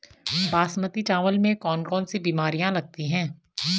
बासमती चावल में कौन कौन सी बीमारियां लगती हैं?